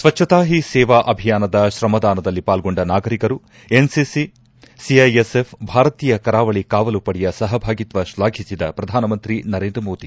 ಸ್ವಚ್ಛತಾ ಹೀ ಸೇವಾ ಅಭಿಯಾನದ ಶ್ರಮದಾನದಲ್ಲಿ ಪಾಲ್ಗೊಂಡ ನಾಗರಿಕರು ಎನ್ಸಿಸಿ ಸಿಐಎಸ್ಎಫ್ ಭಾರತೀಯ ಕರಾವಳಿ ಕಾವಲು ಪಡೆಯ ಸಹಭಾಗಿತ್ವ ಶ್ಲಾಘಿಸಿದ ಪ್ರಧಾನಮಂತ್ರಿ ನರೇಂದ್ರ ಮೋದಿ